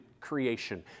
creation